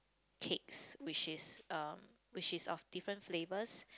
cakes which is uh which is of different flavors